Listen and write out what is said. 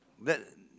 the